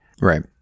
Right